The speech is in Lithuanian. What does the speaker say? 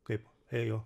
kaip ėjo